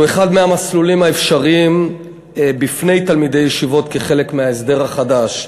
שהוא אחד מהמסלולים האפשריים בפני תלמידי ישיבות כחלק מההסדר החדש.